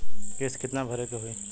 किस्त कितना भरे के होइ?